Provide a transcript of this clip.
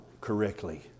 correctly